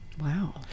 Wow